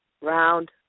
round